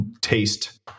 taste